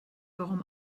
warum